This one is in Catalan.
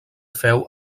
feu